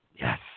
Yes